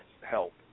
help